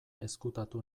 ezkutatu